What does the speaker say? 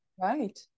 Right